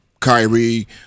Kyrie